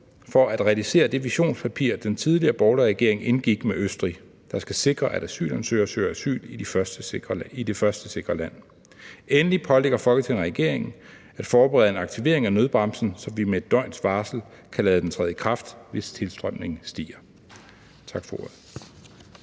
for at realisere det visionspapir, den tidligere borgerlige regering indgik med Østrig, der skal sikre, at asylansøgere søger asyl i det første sikre land. Endelig pålægger Folketinget regeringen at forberede en aktivering af nødbremsen, så vi med 1 døgns varsel kan lade den træde i kraft, hvis tilstrømningen stiger.«